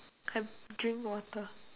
I'm drinking water